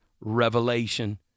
revelation